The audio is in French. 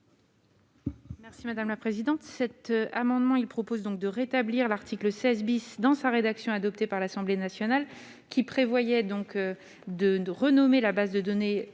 Merci madame la présidente,